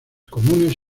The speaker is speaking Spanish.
comunes